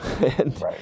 Right